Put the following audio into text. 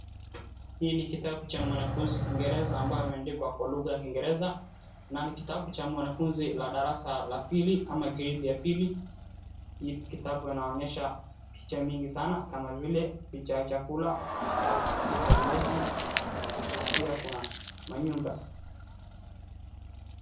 Hii ni kitabu cha mwanafunzi kingereza ambayo imeandikwa kwa kingereza ni kitabu cha mwanafunzi wa darasa la pili ama gredi ya pili hii kitabu inaonyesha picha mingi sana kama vile picha ya chakula ,picha ya maji na pia kuna manyumba .